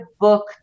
book